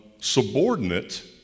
subordinate